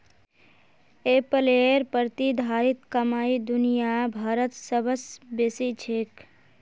एप्पलेर प्रतिधारित कमाई दुनिया भरत सबस बेसी छेक